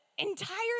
entirely